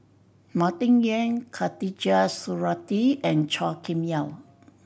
Martin Yan Khatijah Surattee and Chua Kim Yeow